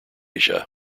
asia